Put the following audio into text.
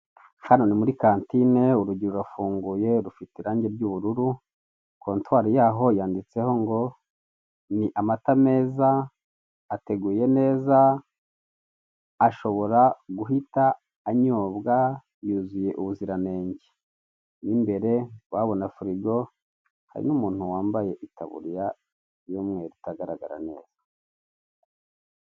Hano ni muri kantine urugi rurafunguye, rufite irange ry'ubururu kontwari yaho yanditseho ngo ni amata meza ateguye neza, ashobora guhita anyobwa yuzuye ubuziranenge, mo imbere ndi kuhabona furigo, hari n'umuntu wambaye itaburiya y'umweru itagaragara neza.